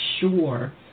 sure